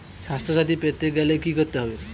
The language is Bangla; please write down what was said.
স্বাস্থসাথী পেতে গেলে কি করতে হবে?